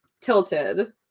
tilted